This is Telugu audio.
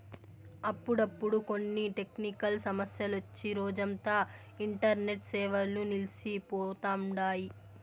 అప్పుడప్పుడు కొన్ని టెక్నికల్ సమస్యలొచ్చి రోజంతా ఇంటర్నెట్ సేవలు నిల్సి పోతండాయి